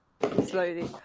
slowly